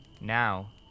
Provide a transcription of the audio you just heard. Now